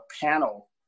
panel